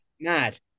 mad